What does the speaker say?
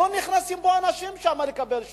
ולא נכנסים אנשים לקבל שירות.